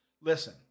Listen